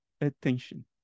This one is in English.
attention